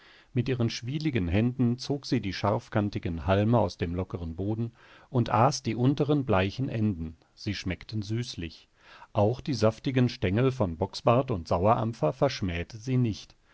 mit ihren schwieligen händen zog sie die scharfkantigen halme aus dem lockeren boden und aß die unteren bleichen enden sie schmeckten süßlich auch die saftigen stengel von bocksbart und sauerampfer verschmähte sie nicht